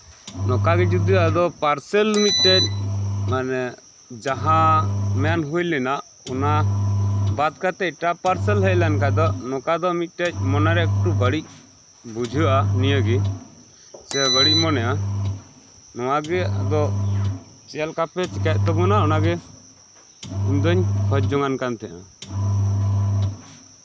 ᱱᱚᱝᱠᱟ ᱜᱮ ᱡᱚᱫᱤ ᱯᱟᱨᱥᱮᱞ ᱛᱮᱜ ᱢᱟᱱᱮ ᱡᱟᱸᱦᱟ ᱢᱮᱱ ᱦᱩᱭ ᱞᱮᱱᱟ ᱚᱱᱟ ᱵᱟᱫ ᱠᱟᱛᱮᱜ ᱮᱴᱟᱜ ᱟᱜ ᱯᱟᱨᱥᱮᱞ ᱦᱮᱡ ᱞᱮᱱᱠᱷᱟᱱ ᱫᱚ ᱱᱚᱝᱠᱟ ᱫᱚ ᱟᱨᱠᱤ ᱢᱚᱱᱮᱨᱮ ᱵᱟᱹᱲᱤᱡ ᱵᱩᱡᱷᱟᱹᱜᱼᱟ ᱱᱤᱭᱟᱹᱜᱮ ᱥᱮ ᱵᱟᱹᱲᱤᱡ ᱢᱚᱱᱮᱭᱟ ᱱᱚᱣᱟᱜᱮ ᱟᱫᱚ ᱪᱮᱫ ᱞᱮᱠᱟᱯᱮ ᱪᱤᱠᱟᱭᱮᱫ ᱛᱟᱵᱳᱱᱟ ᱚᱱᱟᱜᱮ ᱤᱧ ᱫᱩᱧ ᱠᱷᱚᱡ ᱡᱚᱱᱟᱜ ᱠᱟᱱ ᱛᱟᱸᱦᱮᱱᱟ